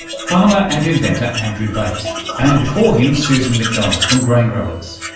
farmer and inventor andrew bate and before him susan mcdonnell from graingrowers.